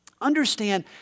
Understand